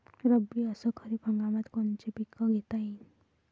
रब्बी अस खरीप हंगामात कोनचे पिकं घेता येईन?